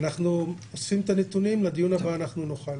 אנחנו אוספים את הנתונים, לדיון הבא נוכל